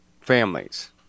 families